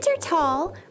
Tall